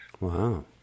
Wow